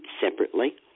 separately